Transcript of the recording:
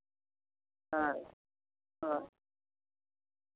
ᱦᱳᱭ ᱦᱳᱭ